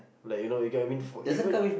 like you know you get what I mean for even